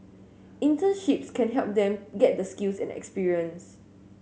internships can help them get the skills and experience